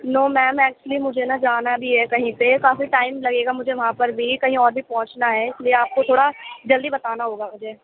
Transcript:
نو ma'am actually مجھے نا جانا بھی ہے کہیں پہ کافی ٹائم لگے گا مجھے وہاں پر بھی کہیں اور بھی پہنچنا ہے اس لیے آپ کو تھوڑا جلدی بتانا ہوگا مجھے